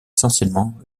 essentiellement